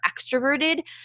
extroverted